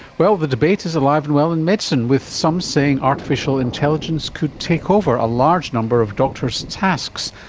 well, the debate is alive and well in medicine with some saying artificial intelligence could take over a large number of doctors' tasks,